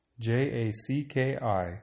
J-A-C-K-I